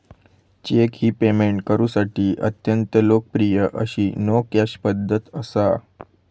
check ही payment करुसाठी अत्यंत लोकप्रिय अशी नो कॅश पध्दत असा